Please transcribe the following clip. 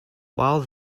while